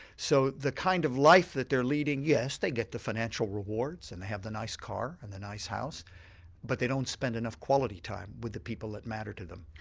so the kind of life that they're leading yes, they get the financial rewards and they have the nice car and the nice house but they don't spend enough quality time with the people that matter to them.